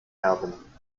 erben